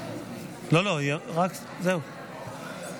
בדבר תוספת תקציב לא נתקבלו.